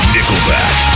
Nickelback